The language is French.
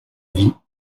vie